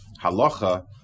Halacha